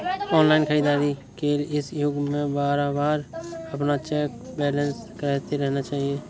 online खरीदारी के इस युग में बारबार अपना बैलेंस चेक करते रहना चाहिए